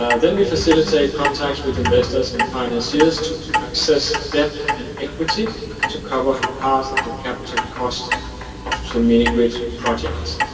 ah then we facilitate contacts with investors and financials to access debt and equity to cover for part of the capital cost of the mini-grid project.